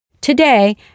Today